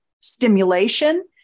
stimulation